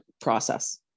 process